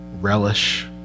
relish